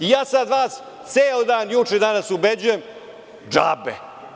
I sada vas ceo dan juče i danas ubeđujem i džabe.